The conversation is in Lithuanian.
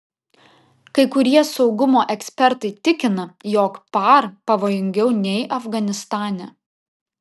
kai kurie saugumo ekspertai tikina jog par pavojingiau nei afganistane